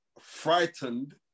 frightened